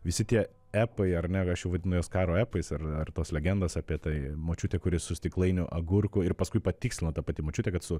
visi tie epai ar ne ir aš jau vadinu juos karo epais ar ar tos legendos apie tai močiutė kuri su stiklainiu agurkų ir paskui patikslino ta pati močiutė kad su